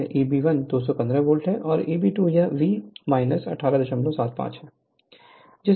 तो और यह Eb2 से Eb1 है Eb1 215 वोल्ट है और Eb2 यह V 1875 है